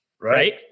right